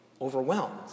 overwhelmed